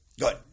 Good